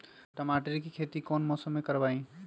टमाटर की खेती कौन मौसम में करवाई?